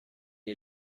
est